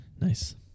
Nice